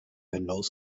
hinaus